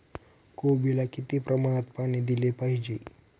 कोबीला किती प्रमाणात पाणी दिले पाहिजे?